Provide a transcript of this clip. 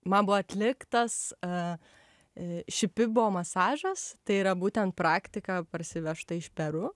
man buvo atliktas šipibo masažas tai yra būtent praktika parsivežta iš peru